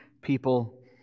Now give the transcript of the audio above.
people